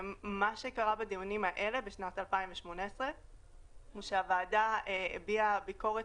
מה שקרה בדיונים האלה בשנת 2018 הוא שהוועדה הביעה ביקורת